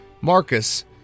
Marcus